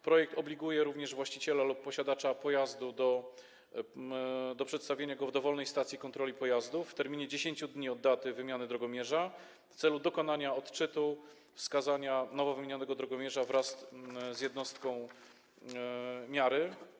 Projekt obliguje również właściciela lub posiadacza pojazdu do przedstawienia go w dowolnej stacji kontroli pojazdów w terminie 10 dni od daty wymiany drogomierza w celu dokonania odczytu wskazania nowo wymienionego drogomierza wraz z jednostką miary.